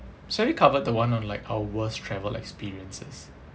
shall we cover the one on like our worst travel experiences